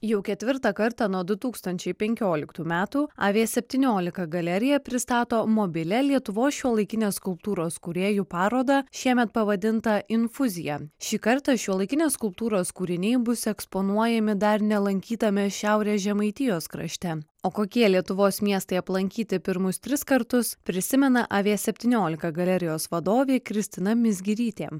jau ketvirtą kartą nuo du tūkstančiai penkioliktų metų apie a vė septyniolika galerija pristato mobilią lietuvos šiuolaikinės skulptūros kūrėjų parodą šiemet pavadintą infuzija šį kartą šiuolaikinės skulptūros kūriniai bus eksponuojami dar nelankytame šiaurės žemaitijos krašte o kokie lietuvos miestai aplankyti pirmus tris kartus prisimena a vė septyniolika galerijos vadovė kristina mizgirytė